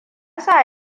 sa